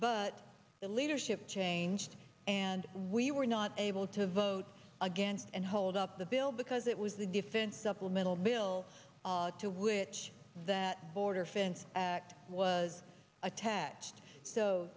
but the leadership changed and we were not able to vote again and hold up the bill because it was the defense supplemental bill to which that border fence was attached